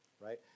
right